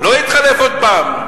לא התחלף עוד פעם.